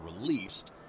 released